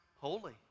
holy